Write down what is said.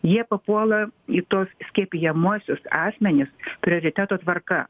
jie papuola į tuos skiepijamuosius asmenis prioriteto tvarka